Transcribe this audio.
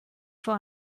vor